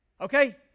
Okay